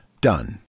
Done